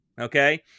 Okay